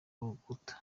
rukuta